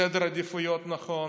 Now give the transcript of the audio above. סדר עדיפויות נכון.